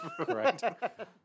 Correct